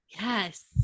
Yes